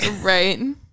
Right